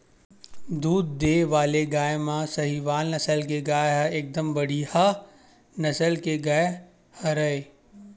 दूद देय वाले गाय म सहीवाल नसल के गाय ह एकदम बड़िहा नसल के गाय हरय